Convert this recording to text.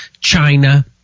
China